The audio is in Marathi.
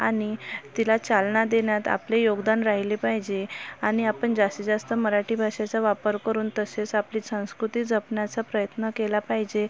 आणि तिला चालना देण्यात आपले योगदान राहिले पाहिजे आणि आपण जास्तीत जास्त मराठी भाषेचा वापर करून तसेच आपली संस्कृती जपण्याचा प्रयत्न केला पाहिजे